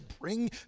bring